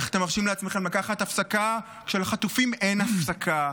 איך אתם מרשים לעצמכם לקחת הפסקה כשלחטופים אין הפסקה,